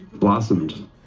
blossomed